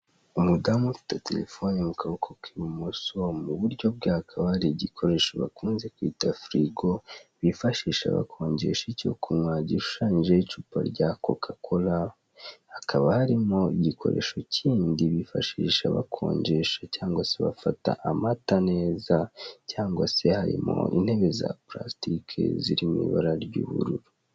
Umudamu ufite telefone mu kaboko k'ibumoso, mu buryo bwe hakaba hari igikoresho bakunze kwita firigo, bifashisha bakonjesha icyo kunywa hashushanyijeho icupa rya kokakola, hakaba harimo igikoresho kindi bifashisha bakonjesha cyangwa se bafata amata neza, cyangwa se harimo intebe za pulasitike ziri mu ibara ry'ubururu.